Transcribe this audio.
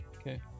Okay